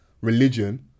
religion